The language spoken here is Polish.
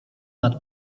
nad